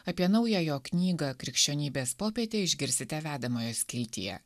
apie naują jo knygą krikščionybės popietė išgirsite vedamojo skiltyje